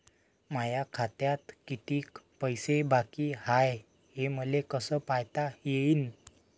माया खात्यात कितीक पैसे बाकी हाय हे मले कस पायता येईन?